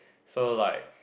so like